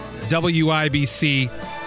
WIBC